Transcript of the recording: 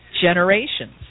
generations